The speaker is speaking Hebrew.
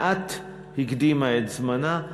מעט הקדימה את זמנה.